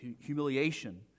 humiliation